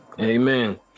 Amen